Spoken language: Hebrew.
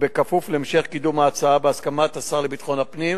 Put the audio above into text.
בכפוף להמשך קידום ההצעה בהסכמת השר לביטחון הפנים,